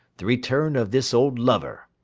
the return of this old lover.